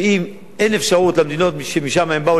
ואם אין אפשרות למדינות שמשם הם באו,